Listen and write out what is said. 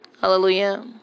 hallelujah